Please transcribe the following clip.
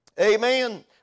Amen